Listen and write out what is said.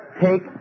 Take